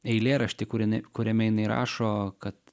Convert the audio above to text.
eilėraštį kur jin kuriame jinai rašo kad